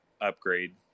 upgrade